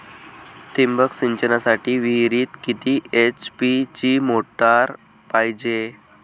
ठिबक सिंचनासाठी विहिरीत किती एच.पी ची मोटार पायजे?